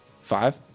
Five